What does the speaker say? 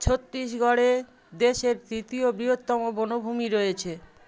ছত্তিশগড়ে দেশের তৃতীয় বিহত্তম বনভূমি রয়েছে